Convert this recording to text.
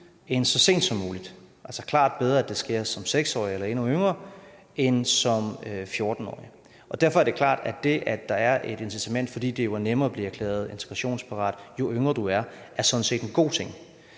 ikke så sent som muligt. Det er altså klart bedre, at det sker for barnet som 6-årig eller endnu yngre end som 14-årig. Derfor er det klart, at det, at der er et incitament, fordi det jo er nemmere at blive erklæret integrationsparat, jo yngre du er, sådan set er en god ting.